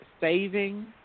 saving